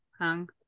Hung